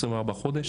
ל-24 חודשים